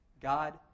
God